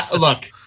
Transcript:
Look